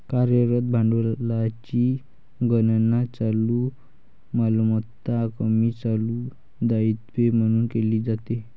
कार्यरत भांडवलाची गणना चालू मालमत्ता कमी चालू दायित्वे म्हणून केली जाते